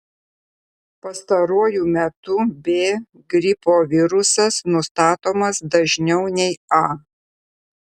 pastaruoju metu b gripo virusas nustatomas dažniau nei a